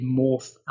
morph